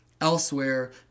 elsewhere